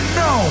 no